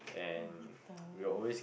what the